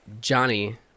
Johnny